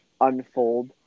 unfold